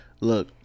look